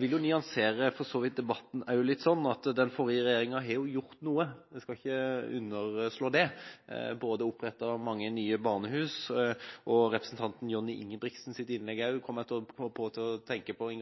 vil for så vidt også nyansere debatten litt. Den forrige regjeringa har gjort noe – jeg skal ikke underslå det – bl.a. opprettet mange nye barnehus, og representanten Johnny Ingebrigtsens innlegg fikk meg til å tenke på